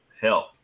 help